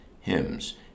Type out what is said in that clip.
hymns